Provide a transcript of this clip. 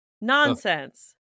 Nonsense